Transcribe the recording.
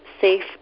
safe